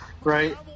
right